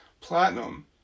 Platinum